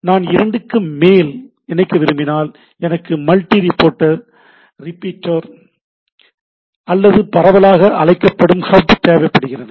நான் இரண்டுக்கு மேல் இணைக்க விரும்பினால் எனக்கு மல்டி போர்ட் ரிப்பீட்டர் அல்லது பரவலாக அழைக்கப்படும் ஹப் தேவைப்படுகிறது